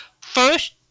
First